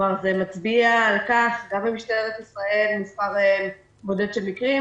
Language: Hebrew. כלומר, במשטרת ישראל יש מקרים בודדים,